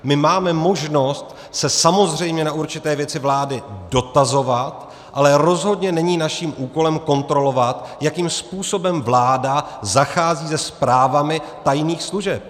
My máme možnost se samozřejmě na určité věci vlády dotazovat, ale rozhodně není naším úkolem kontrolovat, jakým způsobem vláda zachází se zprávami tajných služeb.